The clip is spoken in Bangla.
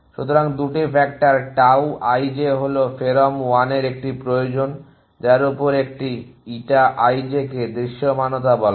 সুতরাং 2টি ফ্যাক্টর tau i j হল pherom1 এর একটি প্রয়োজন যার উপর একটি eta i j কে দৃশ্যমানতা বলা হয়